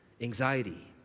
Anxiety